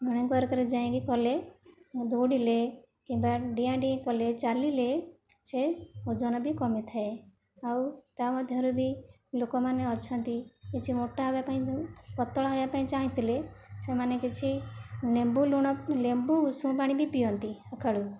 morning ୱାକରେ ଯାଇକି କଲେ ଦୌଡ଼ିଲେ କିମ୍ବା ଡିଆଁ ଡିଇଁ କଲେ ଚାଲିଲେ ସେ ଓଜନ ବି କମିଥାଏ ଆଉ ତା'ମଧ୍ୟରୁ ବି ଲୋକମାନେ ଅଛନ୍ତି କିଛି ମୋଟା ହେବା ପାଇଁ ଯୋଉ ପତଳା ହେବା ପାଇଁ ଚାହିଁଥିଲେ ସେମାନେ କିଛି ଲେମ୍ବୁ ଲୁଣ ଲେମ୍ବୁ ଉଷୁମପାଣି ବି ପିଅନ୍ତି ସକାଳୁ